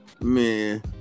Man